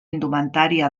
indumentària